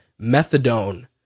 methadone